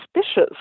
suspicious